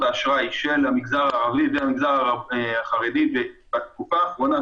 האשראי של המגזר הערבי והמגזר החרדי בתקופה האחרונה,